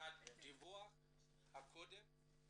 לקוח מהדיווח הקודם,